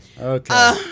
Okay